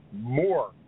more